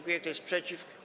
Kto jest przeciw?